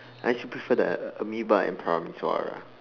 I actually prefer the Amoeba and Parameswara